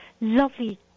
lovely